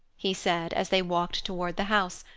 he said as they walked toward the house,